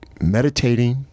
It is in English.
meditating